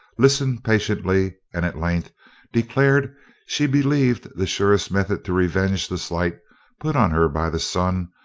listened patiently, and at length declared she believed the surest method to revenge the slight put on her by the son,